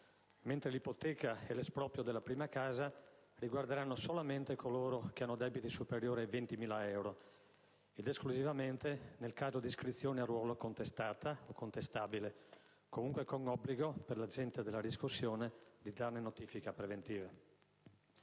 mentre l'ipoteca e l'esproprio della prima casa riguarderanno solamente coloro che hanno debiti superiori ai 20.000 euro, ed esclusivamente nel caso di iscrizione a ruolo contestata, o contestabile (comunque con obbligo per l'agente della riscossione di darne notifica preventiva).